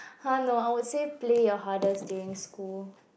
!huh! no I would say play your hardest during school